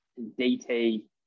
DT